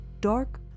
dark